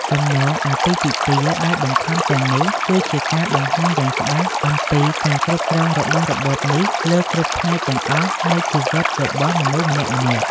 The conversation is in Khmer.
ចំណងអាពាហ៍ពិពាហ៍ដោយបង្ខំទាំងនេះគឺជាការបង្ហាញយ៉ាងច្បាស់អំពីការគ្រប់គ្រងរបស់របបនេះលើគ្រប់ផ្នែកទាំងអស់នៃជីវិតរបស់មនុស្សម្នាក់ៗ។